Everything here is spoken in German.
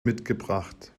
mitgebracht